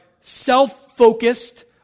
self-focused